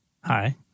Hi